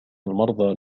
المرضى